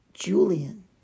Julian